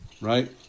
right